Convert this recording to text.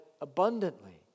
abundantly